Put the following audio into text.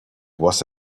was